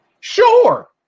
Sure